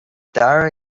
dara